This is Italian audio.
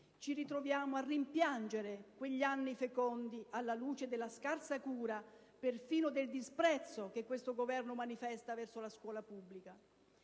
Ci ritroviamo a rimpiangere quegli anni fecondi alla luce della scarsa cura, perfino del disprezzo, che questo Governo manifesta verso la scuola pubblica.